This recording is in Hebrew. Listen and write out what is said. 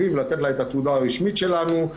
לתת להן את התעודה הרשמית שלנו,